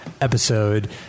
episode